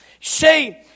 See